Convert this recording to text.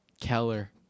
Keller